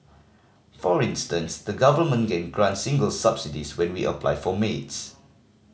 for instance the Government can grant singles subsidies when we apply for maids